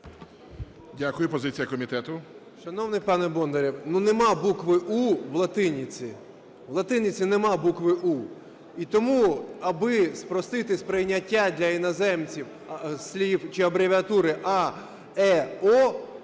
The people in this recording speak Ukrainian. Дякую. Позиція комітету.